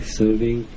serving